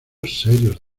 serios